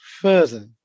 further